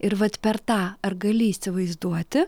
ir vat per tą ar gali įsivaizduoti